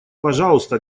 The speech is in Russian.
пожалуйста